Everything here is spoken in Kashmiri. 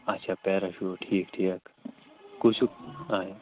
اَچھا پیٚرشوٗٹ ٹھیٖک ٹھیٖک کُس ہیُو اَچھا